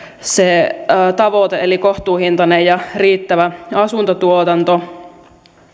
se tavoite täyttymään kohtuuhintainen ja riittävä asuntotuotanto